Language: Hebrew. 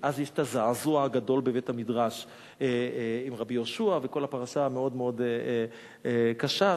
אז יש הזעזוע הגדול בבית-המדרש עם רבי יהושע וכל הפרשה המאוד-מאוד קשה,